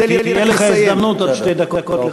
תהיה לך הזדמנות עוד שתי דקות לחדד.